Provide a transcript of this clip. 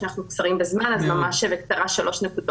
פה טעית, תשים קוד אחר, לכן יש בעיות